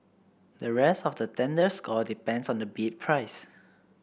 the rest of the tender score depends on the bid price